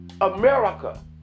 America